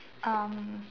um